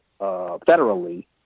federally